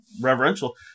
reverential